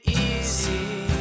easy